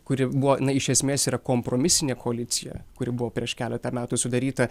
kuri buvo iš esmės yra kompromisinė koalicija kuri buvo prieš keletą metų sudaryta